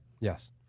Yes